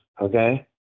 Okay